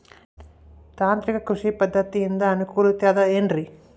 ತಾಂತ್ರಿಕ ಕೃಷಿ ಪದ್ಧತಿಯಿಂದ ಅನುಕೂಲತೆ ಅದ ಏನ್ರಿ?